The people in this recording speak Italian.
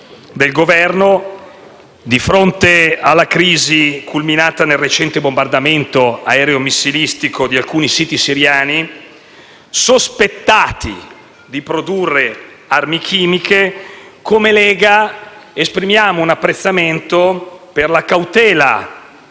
del Governo, di fronte alla crisi culminata nel recente bombardamento aereo missilistico di alcuni siti siriani sospettati di produrre armi chimiche, esprimiamo come Lega un apprezzamento per la cautela